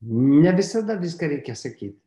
nevisada viską reikia sakyt